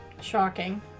Shocking